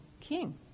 king